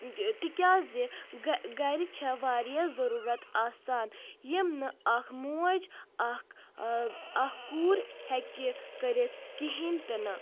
تِکیٛازِ گرِ چھےٚ واریاہ ضروٗرت آسان یِم نہٕ اکھ موج اکھ اکھ کوٗر ہٮ۪کہِ کٔرتھ کہیٖنۍ تہٕ نہٕ